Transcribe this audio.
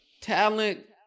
Talent